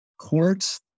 courts